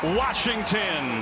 washington